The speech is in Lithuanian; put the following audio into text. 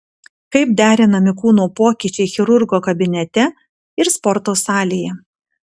kaip derinami kūno pokyčiai chirurgo kabinete ir sporto salėje